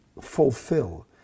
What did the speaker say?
fulfill